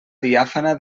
diàfana